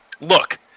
Look